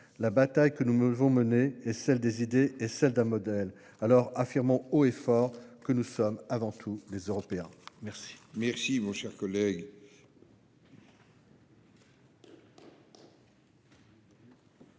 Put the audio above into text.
La bataille que nous devons mener est celle des idées et celle d'un modèle. Affirmons haut et fort que nous sommes, avant tout, des Européens ! La parole